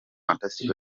fantastic